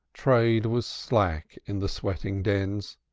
trade was slack in the sweating dens,